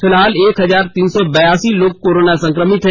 फिलहाल एक हजार तीन सौ बिरासी लोग कोरोना संक्रमित है